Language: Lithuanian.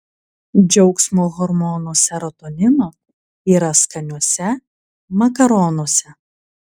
džiaugsmo hormono serotonino yra skaniuose makaronuose